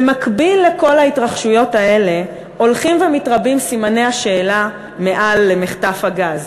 במקביל לכל ההתרחשויות האלה הולכים ומתרבים סימני השאלה מעל למחטף הזה,